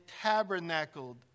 tabernacled